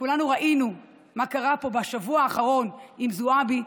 שכולנו ראינו מה קרה פה בשבוע האחרון עם זועבי,